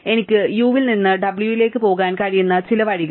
എനിക്ക് u ൽ നിന്ന് w ലേക്ക് പോകാൻ കഴിയുന്ന ചില വഴികൾ